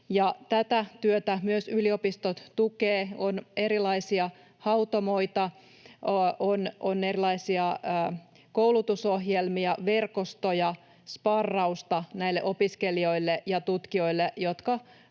Tätä työtä myös yliopistot tukevat. On erilaisia hautomoita, on erilaisia koulutusohjelmia, verkostoja, sparrausta näille opiskelijoille ja tutkijoille, jotka